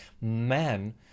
man